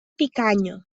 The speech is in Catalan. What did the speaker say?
picanya